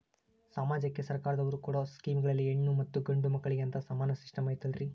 ಸಮಾಜಕ್ಕೆ ಸರ್ಕಾರದವರು ಕೊಡೊ ಸ್ಕೇಮುಗಳಲ್ಲಿ ಹೆಣ್ಣು ಮತ್ತಾ ಗಂಡು ಮಕ್ಕಳಿಗೆ ಅಂತಾ ಸಮಾನ ಸಿಸ್ಟಮ್ ಐತಲ್ರಿ?